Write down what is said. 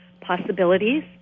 possibilities